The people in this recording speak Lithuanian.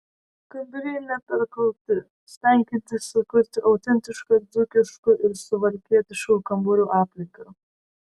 kambariai neperkrauti stengiantis sukurti autentišką dzūkiškų ir suvalkietiškų kambarių aplinką